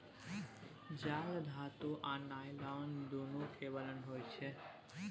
जाल धातु आ नॉयलान दुनु केर बनल होइ छै